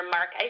Mark